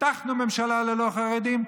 הבטחנו ממשלה ללא חרדים,